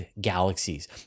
galaxies